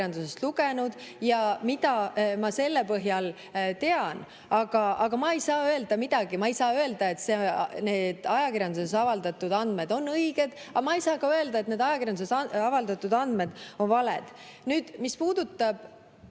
ajakirjandusest lugenud ja mida ma selle põhjal tean. Ma ei saa öelda, et need ajakirjanduses avaldatud andmed on õiged, aga ma ei saa ka öelda, et need ajakirjanduses avaldatud andmed on valed. Nüüd, mis puudutab